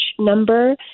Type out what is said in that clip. number